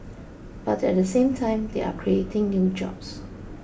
but at the same time they are creating new jobs